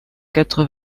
quatre